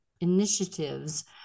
initiatives